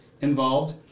involved